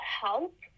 help